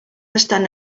estan